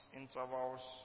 intervals